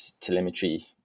telemetry